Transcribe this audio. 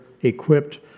equipped